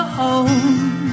home